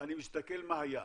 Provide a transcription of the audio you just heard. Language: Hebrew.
אני תמיד מסתכל מה היה.